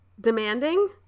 Demanding